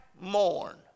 mourn